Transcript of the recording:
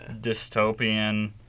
dystopian